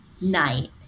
night